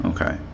Okay